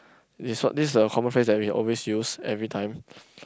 this is what this is a common phrase that we always use every time